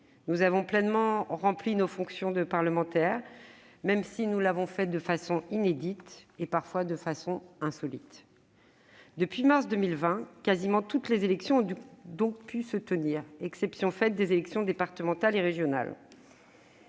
Nous avons pleinement rempli nos fonctions de parlementaires, même si nous l'avons fait de façon inédite et parfois insolite. Depuis mars 2020, presque toutes les élections ont donc pu se tenir, exception faite des élections départementales et régionales,